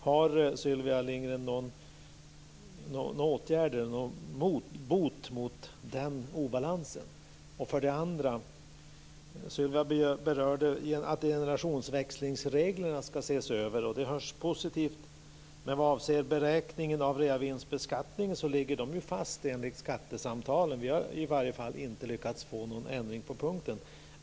Har Sylvia Sylvia berörde också att generationsväxlingsreglerna ska ses över. Det låter positivt. Men vad avser beräkningen av reavinstbeskattningen så ligger den ju fast enligt skattesamtalen. Vi har i varje fall inte lyckats få någon ändring på den punkten.